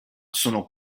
sono